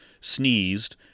sneezed